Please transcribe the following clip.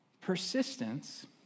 Persistence